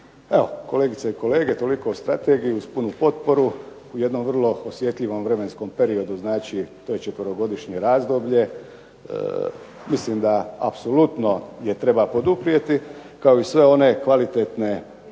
Evo, kolegice i kolege toliko o strategiji. Uz punu potporu u jednom vrlo osjetljivom vremenskom periodu znači to je četverogodišnje razdoblje, mislim da apsolutno je treba poduprijeti kao i sve one druge kvalitetne